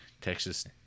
Texas